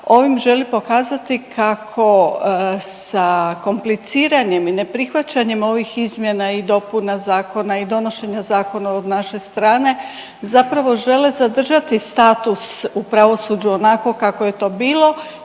ovim želi pokazati kako sa kompliciranjem i neprihvaćanjem ovih izmjena i dopuna zakona i donošenja zakona od naše strane zapravo žele zadržati status u pravosuđu onakvo kakvo je to bilo